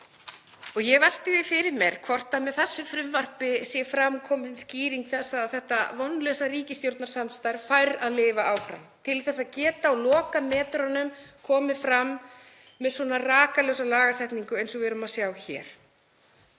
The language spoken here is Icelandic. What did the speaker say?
Ég velti því fyrir mér hvort með þessu frumvarpi sé fram komin skýring á því að þetta vonlausa ríkisstjórnarsamstarf fær að lifa áfram; til þess að geta á lokametrunum komið fram með svona rakalausa lagasetningu eins og við erum að sjá hér.